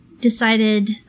decided